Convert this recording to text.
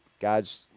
God's